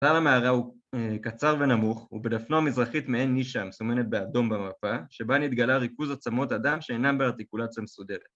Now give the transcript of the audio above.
‫חלל המערה הוא קצר ונמוך, ‫ובדפנו המזרחית מעין נישה, ‫המסומנת באדום במפה, ‫שבה נתגלה ריכוז עצמות אדם ‫שאינם בארטיקולציה מסודרת.